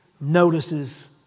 notices